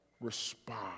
respond